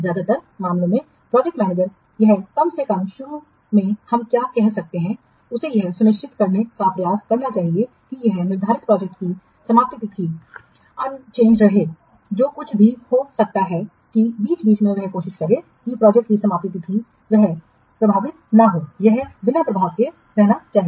ज्यादातर मामलों में प्रोजेक्ट मैनेजर या कम से कम शुरू में हम क्या कह सकते हैं उसे यह सुनिश्चित करने का प्रयास करना चाहिए कि यह निर्धारित प्रोजेक्ट की समाप्ति तिथि अप्रभावित रहे जो कुछ भी हो सकता है कि बीच बीच में वह कोशिश करे कि प्रोजेक्ट की समाप्ति तिथि वह प्रभावित न हो यह बिना प्रभाव के रहना चाहिए